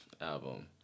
Album